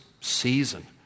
season